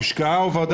הושקעה עבודה.